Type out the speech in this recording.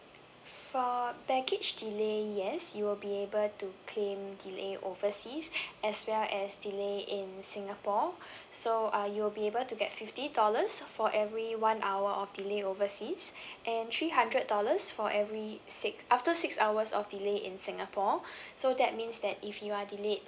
for baggage delay yes you will be able to claim delay overseas as well as delay in singapore so uh you'll be able to get fifty dollars for every one hour of delay overseas and three hundred dollars for every six after six hours of delay in singapore so that means that if you are delayed